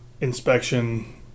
inspection